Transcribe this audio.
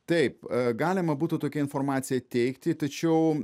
taip galima būtų tokią informaciją teikti tačiau